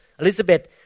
Elizabeth